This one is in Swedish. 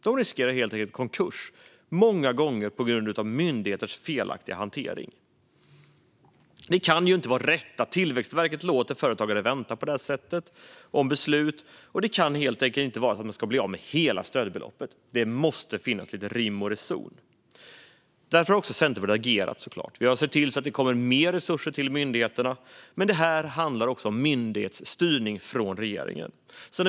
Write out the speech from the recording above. De riskerar helt enkelt att gå i konkurs, och många gånger beror det på myndigheters felaktiga hantering. Det kan inte vara rätt att Tillväxtverket låter företagare vänta på beslut på detta sätt, och det kan inte vara så att man blir av med hela stödbeloppet. Det måste finnas lite rim och reson. Centerpartiet har därför agerat genom att se till att det kommer mer resurser till myndigheterna. Men det här handlar också om regeringens myndighetsstyrning.